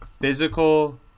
physical